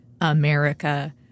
America